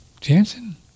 Jansen